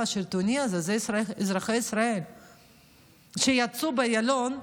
השלטוני הזה זה אזרחי ישראל שיצאו לאיילון.